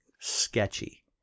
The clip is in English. sketchy